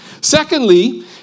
Secondly